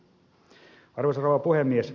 arvoisa rouva puhemies